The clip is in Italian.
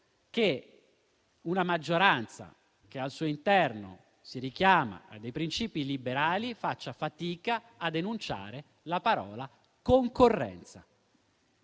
che una maggioranza che al suo interno si richiama a dei principi liberali faccia fatica ad enunciare la parola concorrenza.